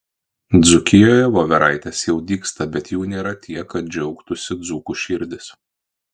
dzūkijoje voveraitės jau dygsta bet jų nėra tiek kad džiaugtųsi dzūkų širdys